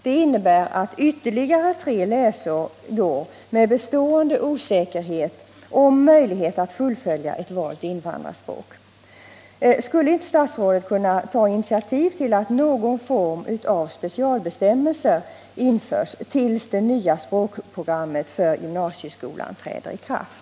Det innebär att ytterligare tre läsår går, med bestående osäkerhet om möjlighet att fullfölja ett valt invandrarspråk. Skulle inte statsrådet kunna ta initiativ till att någon form av specialbestämmelser införs tills det nya språkprogrammet för gymnasieskolan träder i kraft?